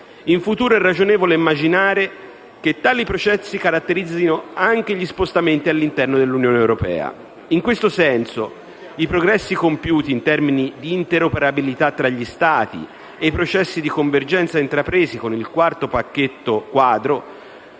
In futuro è ragionevole immaginare che tali processi caratterizzino anche gli spostamenti all'interno dell'Unione europea. In questo senso i progressi compiuti in termini di interoperabilità tra gli Stati e i processi di convergenza intrapresi con il quarto pacchetto quadro